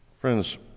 Friends